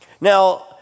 Now